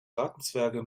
gartenzwerge